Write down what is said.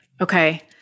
Okay